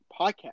podcast